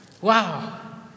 Wow